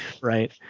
Right